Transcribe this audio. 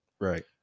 Right